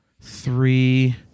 three